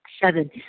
Seven